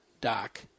doc